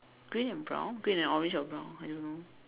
green and brown green and orange or brown I don't know